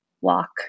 walk